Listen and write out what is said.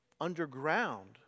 underground